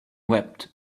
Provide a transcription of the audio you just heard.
wept